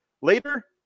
later